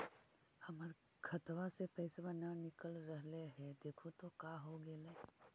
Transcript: हमर खतवा से पैसा न निकल रहले हे देखु तो का होगेले?